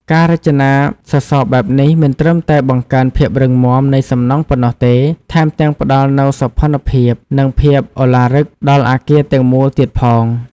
ការរចនាសសរបែបនេះមិនត្រឹមតែបង្កើនភាពរឹងមាំនៃសំណង់ប៉ុណ្ណោះទេ ថែមទាំងផ្តល់នូវសោភ័ណភាព និងភាពឱឡារិកដល់អគារទាំងមូលទៀតផង។